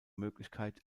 möglichkeit